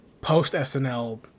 post-SNL